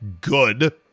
Good